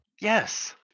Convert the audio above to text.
Yes